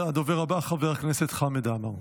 הדובר הבא, חבר הכנסת חמד עמאר.